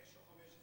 חמש או 15?